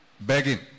Begging